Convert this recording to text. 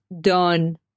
done